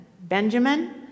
Benjamin